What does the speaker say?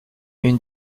une